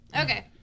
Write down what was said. okay